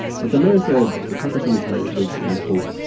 but the mayor said the tucker cemetery was in, quote,